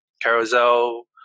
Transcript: Carousel